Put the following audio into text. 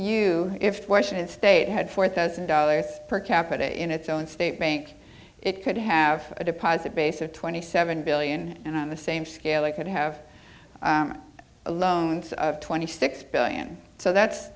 you if washington state had four thousand dollars per capita in its own state bank it could have a deposit base of twenty seven billion on the same scale they could have loaned twenty six billion so that's